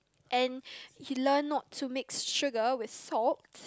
and you learn not to mix sugar with salt